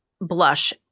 blush